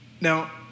Now